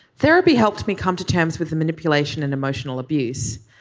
therapy helped me come to terms with the manipulation and emotional abuse.